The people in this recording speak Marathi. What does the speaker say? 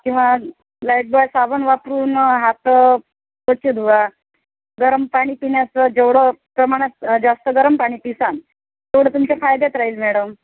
किंवा लाईटबॉय साबण वापरून हात स्वच्छ धुवा गरम पाणी पिण्याचं जेवढं प्रमाणात जास्त गरम पाणी पिसाल तेवढं तुमच्या फायद्यात राहील मॅडम